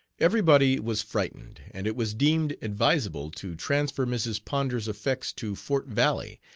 every body was frightened, and it was deemed advisable to transfer mrs. ponder's effects to fort valley,